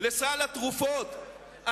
לסדר פעם ראשונה.